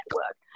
network